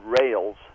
rails